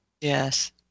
Yes